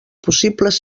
possibles